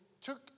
took